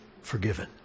forgiven